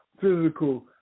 physical